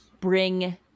bring